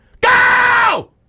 Go